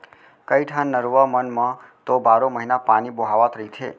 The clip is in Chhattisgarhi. कइठन नरूवा मन म तो बारो महिना पानी बोहावत रहिथे